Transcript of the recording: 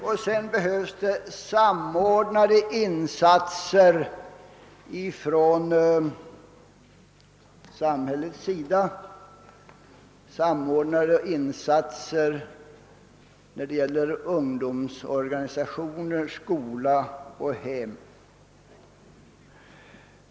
Vidare behövs samordnade insatser från samhället beträffande ungdomsorganisationer, skola och hem.